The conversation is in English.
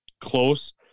close